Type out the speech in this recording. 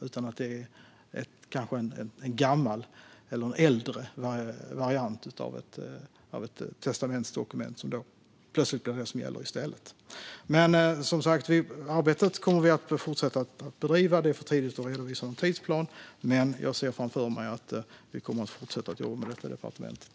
Det kanske är en gammal eller äldre variant av ett testamentesdokument som plötsligt blir det som gäller i stället. Vi kommer som sagt att fortsätta att bedriva arbetet. Det är för tidigt att redovisa en tidsplan, men jag ser framför mig att vi kommer att fortsätta att jobba med detta på departementet.